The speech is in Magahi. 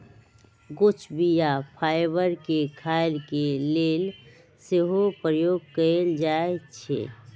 कुछ बीया फाइबर के खाय के लेल सेहो प्रयोग कयल जाइ छइ